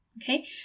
Okay